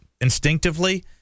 instinctively